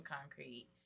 concrete